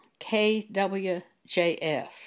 KWJS